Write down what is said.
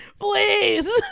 Please